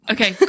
Okay